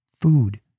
Food